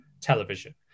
television